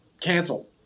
cancel